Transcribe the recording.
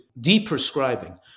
de-prescribing